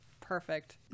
Perfect